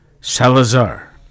Salazar